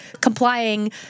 complying